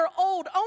old